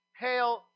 Hail